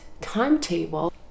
timetable